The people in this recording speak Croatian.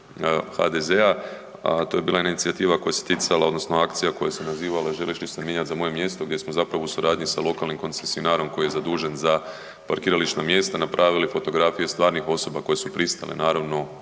HDZ-a, to je bila jedna inicijativa koja se ticala odnosno akcija koja se nazivala „želiš li se mijenjati za moje mjesto“ gdje smo zapravo u suradnji sa lokalnim koncesionarom koji je zadužen za parkirališna mjesta napravili fotografije stvarnih osoba koje su pristale naravno